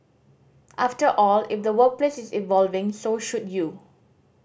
after all if the workplace is evolving so should you